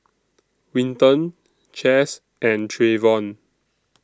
Winton Chas and Trayvon